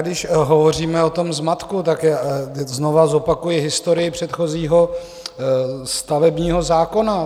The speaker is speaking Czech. Když hovoříme o tom zmatku, znova zopakuji historii předchozího stavebního zákona.